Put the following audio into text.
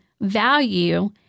value